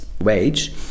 wage